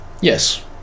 Yes